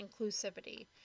inclusivity